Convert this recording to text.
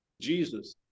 Jesus